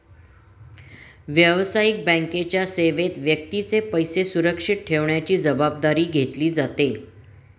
व्यावसायिक बँकेच्या सेवेत व्यक्तीचे पैसे सुरक्षित ठेवण्याची जबाबदारी घेतली जाते